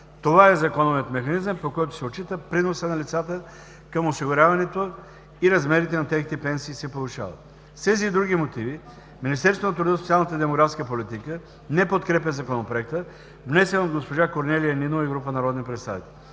Това е законовият механизъм, по който се отчита приносът на лицата към осигуряването и размерите на техните пенсии се повишават. С тези и други мотиви Министерството на труда и социалната политика не подкрепя Законопроекта, внесен от госпожа Корнелия Нинова и група народни представители.